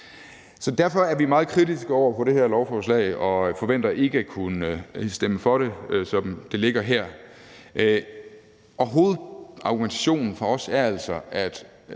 Derfor er vi meget kritiske over for det her lovforslag og forventer ikke at kunne stemme for det, som det ligger her. Hovedargumentationen for os er altså,